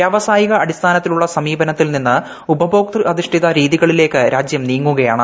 വൃാവസായിക അടിസ്ഥാനത്തിലുള്ള സമീപനത്തിൽ നിന്ന് ഉപഭോക്തൃ അധിഷ്ഠിത രീതികളിലേക്ക് രാജ്യം നീങ്ങുകയാണ്